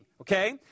Okay